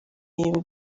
inyuma